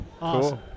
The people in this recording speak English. Awesome